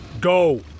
go